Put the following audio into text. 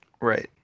Right